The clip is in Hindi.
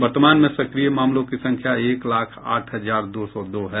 वर्तमान में सक्रिय मामलों की संख्या एक लाख आठ हजार दो सौ दो है